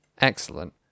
Excellent